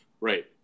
right